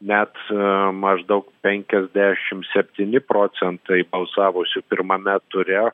net maždaug penkiasdešim septyni procentai balsavusių pirmame ture